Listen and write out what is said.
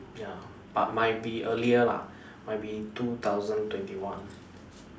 ya but might be earlier lah might be two thousand twenty one